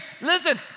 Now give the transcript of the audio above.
listen